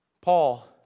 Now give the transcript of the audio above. Paul